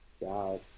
God